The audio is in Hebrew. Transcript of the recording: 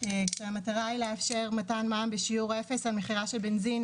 כשהמטרה היא לאפשר מתן מע"מ בשיעור אפס על מכירה של בנזין,